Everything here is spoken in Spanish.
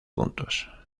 puntos